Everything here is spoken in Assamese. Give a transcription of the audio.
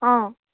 অঁ